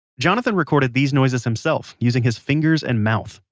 jonathan recorded these noises himself using his fingers and mouth,